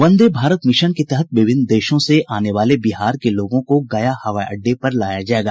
वंदे Bharat mission के तहत विभिन्न देशों से आने वाले बिहार के लोगों को गया हवाई अड्डे पर लाया जायेगा